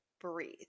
Breathe